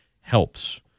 helps